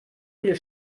viele